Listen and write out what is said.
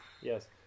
Yes